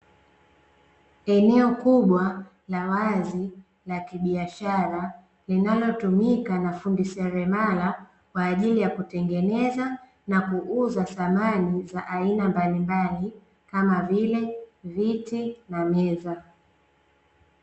Eneo kubwa la wazi la kibiashara, linalotumika na fundi seremala, kwaajili ya kengeneza na kuuza samani za aina mbalimbali kama vile, viti na meza.